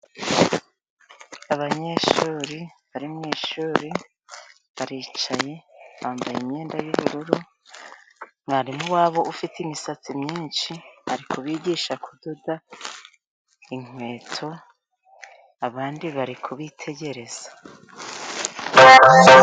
Abanyeshuri bari mu ishuri baricaye bambaye imyenda y'ubururu, mwarimu wabo ufite imisatsi myinshi ari kubigisha kudoda inkweto, abandi bari kubitegereza.